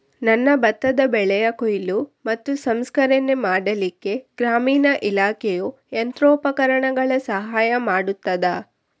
ನನ್ನ ಭತ್ತದ ಬೆಳೆಯ ಕೊಯ್ಲು ಮತ್ತು ಸಂಸ್ಕರಣೆ ಮಾಡಲಿಕ್ಕೆ ಗ್ರಾಮೀಣ ಇಲಾಖೆಯು ಯಂತ್ರೋಪಕರಣಗಳ ಸಹಾಯ ಮಾಡುತ್ತದಾ?